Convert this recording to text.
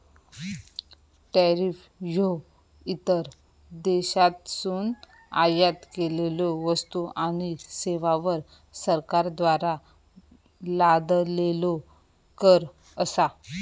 tariff ह्यो इतर देशांतसून आयात केलेल्यो वस्तू आणि सेवांवर सरकारद्वारा लादलेलो कर असा